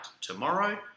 tomorrow